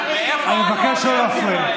אני מבקש לא להפריע.